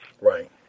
Right